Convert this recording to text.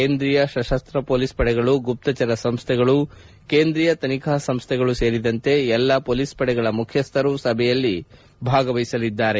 ಕೇಂದ್ರೀಯ ಸಶಸ್ತ ಮೊಲೀಸ್ ಪಡೆಗಳು ಗುಪ್ತಚರ ಸಂಸ್ಥೆಗಳು ಕೇಂದ್ರೀಯ ತನಿಖಾ ಸಂಸ್ಥೆಗಳು ಸೇರಿದಂತೆ ಎಲ್ಲಾ ಮೊಲೀಸ್ ಪಡೆಗಳ ಮುಖ್ಯಸ್ಥರು ಸಭೆಯಲ್ಲಿ ಭಾಗವಹಿಸಲಿದ್ದಾರೆ